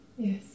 Yes